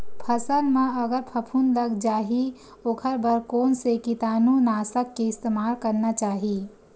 फसल म अगर फफूंद लग जा ही ओखर बर कोन से कीटानु नाशक के इस्तेमाल करना चाहि?